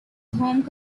home